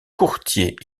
courtier